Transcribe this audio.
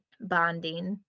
bonding